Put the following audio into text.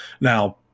Now